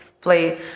play